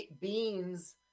beans